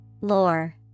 Lore